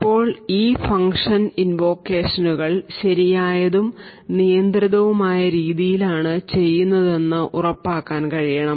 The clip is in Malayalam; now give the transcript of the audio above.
ഇപ്പോൾ ഈ ഫംഗ്ഷൻ ഇൻവോക്കേഷനുകൾ ശരിയായതും നിയന്ത്രിതവുമായ രീതിയിലാണ് ചെയ്യുന്നതെന്ന് ഉറപ്പാക്കാൻ കഴിയണം